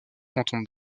canton